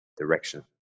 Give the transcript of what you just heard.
direction